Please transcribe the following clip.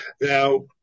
Now